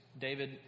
David